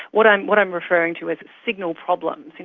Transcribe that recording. what i'm what i'm referring to is signal problems. you